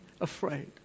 afraid